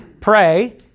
Pray